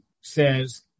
says